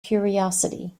curiosity